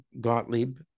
Gottlieb